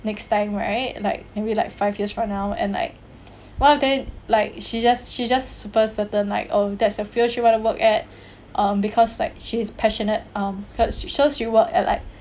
next time right like maybe like five years from now and like one of them like she just she just super certain like oh that's a field she wanna work at um because like she is passionate um cause so she was at like